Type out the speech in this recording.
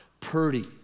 Purdy